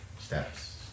steps